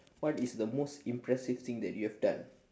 what is the most impressive thing that you have done